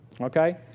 Okay